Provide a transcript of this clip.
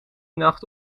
nacht